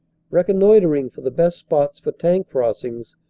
reconnoitering for the best spots for tank crossings,